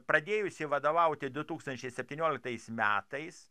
pradėjusi vadovauti du tūkstančiai septynioliktais metais